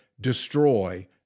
destroy